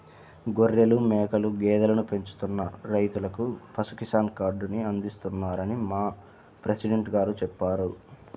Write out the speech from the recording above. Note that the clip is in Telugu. గొర్రెలు, మేకలు, గేదెలను పెంచుతున్న రైతులకు పశు కిసాన్ కార్డుని అందిస్తున్నారని మా ప్రెసిడెంట్ గారు చెప్పారు